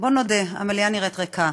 בואו נודה, המליאה נראית ריקה.